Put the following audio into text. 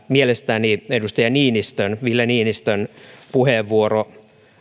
mielestäni edustaja ville niinistön puheenvuoro